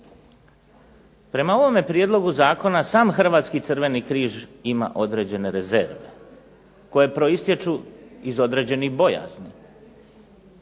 Prema ovome prijedlogu zakona sam Hrvatski crveni križ ima određene rezerve, koje proistječu iz određenih bojazni,